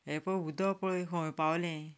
हें पळय उदक पळय खंय पावलें